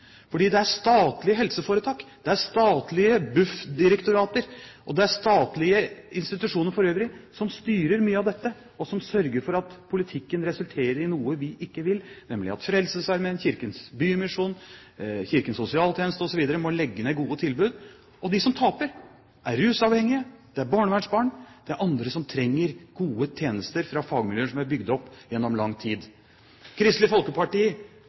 fordi det er statlige helseforetak, det er statlig bufdirektorat og det er statlige institusjoner for øvrig som styrer mye av dette, og som sørger for at politikken resulterer i noe vi ikke vil, nemlig at Frelsesarmeen, Kirkens Bymisjon, Kirkens Sosialtjeneste osv. må legge ned gode tilbud. Og de som taper, er rusavhengige, det er barnevernsbarn, og det er andre som trenger gode tjenester fra fagmiljøer som er bygd opp gjennom lang tid. Kristelig Folkeparti